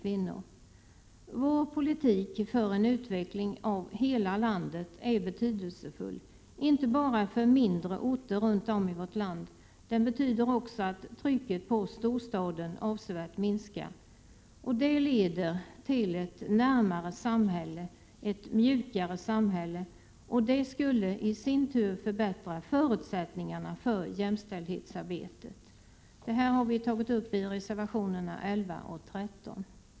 Vår politik för en utveckling av hela landet är betydelsefull inte bara för mindre orter runt om i vårt land — den betyder också att trycket på storstaden avsevärt minskar. Det leder till ett närmare samhälle, ett mjukare samhälle, och det skulle i sin tur förbättra förutsättningarna för jämställdhetsarbetet. Detta har vi tagit upp i reservationerna 11 och 13.